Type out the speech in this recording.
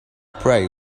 prey